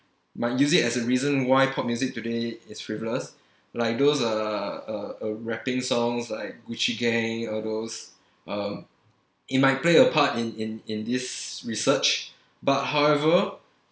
might use it as a reason why pop music today is frivolous like those uh uh uh rapping songs like gucci gang all those um it might play a part in in in this research but however